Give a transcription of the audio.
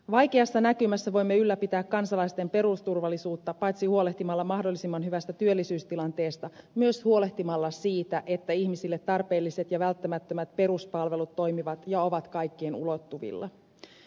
vaikeassa näkymässä voimme ylläpitää kansalaisten perusturvallisuutta paitsi huolehtimalla mahdollisimman hyvästä työllisyystilanteesta myös huolehtimalla siitä että ihmisille tarpeelliset ja välttämättömät peruspalvelut toimivat ja ovat kaikkien ulottuvilla